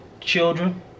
children